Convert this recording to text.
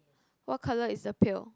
what color is the pail